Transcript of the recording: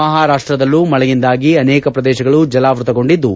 ಮಹಾರಾಷ್ಲದಲ್ಲೂ ಮಳೆಯಿಂದಾಗಿ ಅನೇಕ ಪ್ರದೇಶಗಳು ಜಲಾವೃತಗೊಂಡಿದ್ದು